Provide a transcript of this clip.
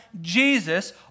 Jesus